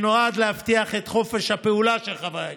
שנועד להבטיח את חופש הפעולה של חברי הכנסת.